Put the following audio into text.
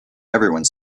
everyone